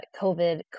COVID